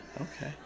okay